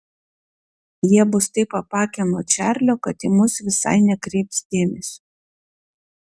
jie bus taip apakę nuo čarlio kad į mus visai nekreips dėmesio